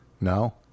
No